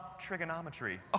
trigonometry